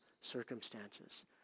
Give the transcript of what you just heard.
circumstances